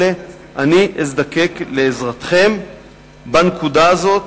אני אזדקק לעזרתכם בנקודה הזאת,